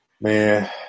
Man